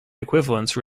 equivalence